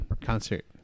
Concert